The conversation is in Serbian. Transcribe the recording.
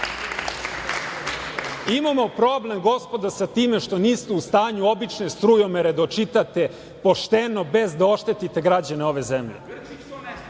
problem, gospodo, sa time što niste u stanju obične strujomere da očitate pošteno bez da oštetite građane ove zemlje.